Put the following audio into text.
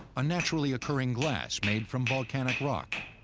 a naturally occurring glass made from volcanic rock.